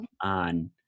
on